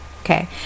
okay